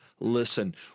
Listen